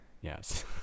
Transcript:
yes